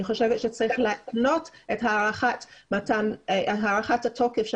אני חושבת שצריך להתנות את הארכת התוקף של